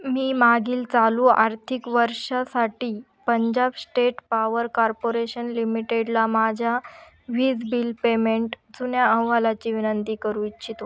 मी मागील चालू आर्थिक वर्षासाठी पंजाब स्टेट पावर कार्पोरेशन लिमिटेडला माझ्या वीज बिल पेमेंट जुन्या अहवालाची विनंती करू इच्छितो